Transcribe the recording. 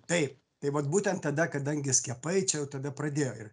taip tai vat būtent tada kadangi skiepai čia jau tada pradėjo ir